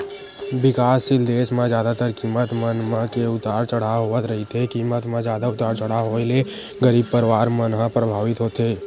बिकाससील देस म जादातर कीमत मन म के उतार चड़हाव होवत रहिथे कीमत म जादा उतार चड़हाव होय ले गरीब परवार मन ह परभावित होथे